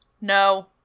No